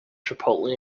chipotle